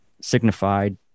signified